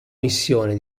missione